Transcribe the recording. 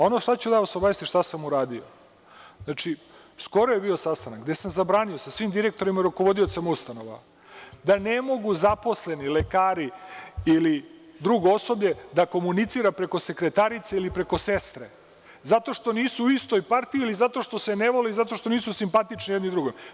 Ono o čemu ću vas obavestiti, šta sam uradio, znači, skoro je bio sastanak, gde sam zabranio, sa svim direktorima, rukovodiocima ustanova, da ne mogu zaposleni lekari ili drugo osoblje da komuniciraju preko sekretarice ili preko sestr, zato što nisu u istoj partiji ili zato što se ne vole ili zato što nisu simpatični jedan drugome.